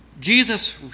Jesus